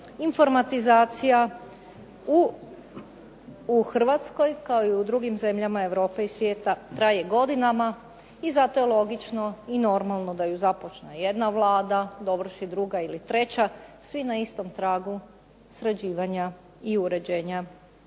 informatizacija u Hrvatskoj kao i u drugim zemljama Europe i svijeta traje godinama. I zato je logično da ju započne jedna Vlada, dovrši druga ili treća, sve na istom tragu sređivanja i uređenja